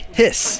hiss